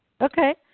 Okay